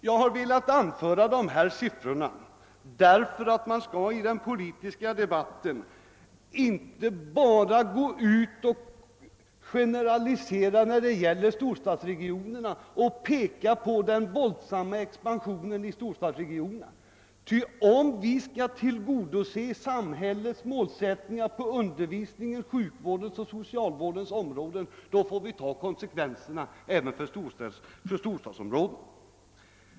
Jag har velat anföra de nämnda siffrorna därför att man i den politiska debatten beträffande storstadsregionerna inte bara skall generalisera diskussionen genom att peka på den våldsamma expansionen inom dessa. Om vi skall kunna tillgodose samhällets målsättningar inom undervisningens, sjukvårdens och socialvårdens områden, får vi också ta konsekvenserna härav även inom storstadsregionerna.